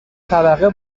طبقه